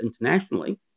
internationally